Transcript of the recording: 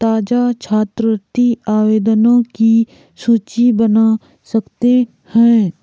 ताज़ा छात्रवृत्ति आवेदनों की सूची बना सकते हैं